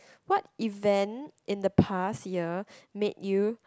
what event in the past year made you